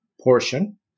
portion